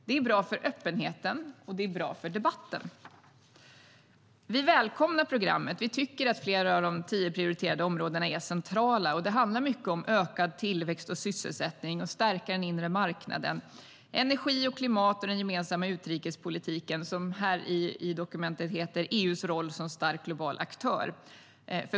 Det är bra för öppenheten och för debatten. Vi välkomnar programmet och tycker att flera av de tio prioriterade områdena är centrala. Det handlar mycket om ökad tillväxt och sysselsättning, att stärka den inre marknaden, energi och klimat och den gemensamma utrikespolitiken - som i dokumentet benämns EU:s roll som stark global aktör.